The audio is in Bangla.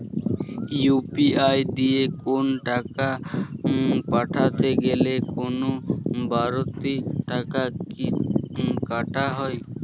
ইউ.পি.আই দিয়ে কোন টাকা পাঠাতে গেলে কোন বারতি টাকা কি কাটা হয়?